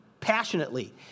passionately